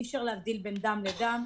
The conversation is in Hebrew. אי אפשר להבדיל בין דם לדם.